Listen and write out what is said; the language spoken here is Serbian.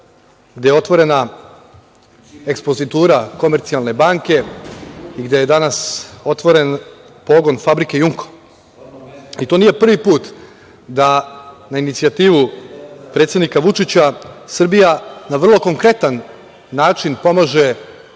gde je otvorena ekspozitura „Komercijalne banke“ i gde je danas otvoren pogon fabrike „Jumko“. To nije prvi put da na inicijativu predsednik Vučića Srbija na vrlo konkretan način pomaže